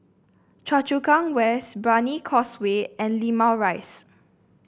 Choa Chu Kang West Brani Causeway and Limau Rise